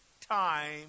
time